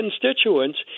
constituents